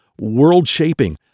world-shaping